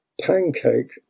pancake